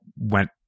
went